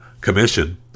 commission